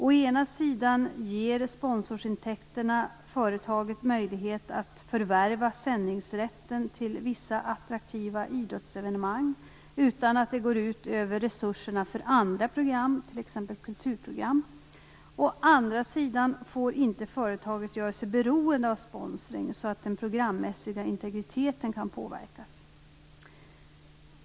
Å ena sidan ger sponsorsintäkterna företaget möjlighet att förvärva sändningsrätten till vissa attraktiva idrottsevenemang utan att det går ut över resurserna för andra program, t.ex. kulturprogram. Å andra sidan får inte företaget göra sig beroende av sponsring så att den programmässiga integriteten kan påverkas.